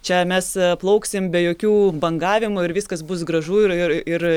čia mes plauksim be jokių bangavimų ir viskas bus gražu ir ir ir